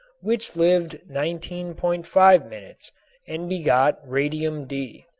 which lived nineteen point five minutes and begot radium d,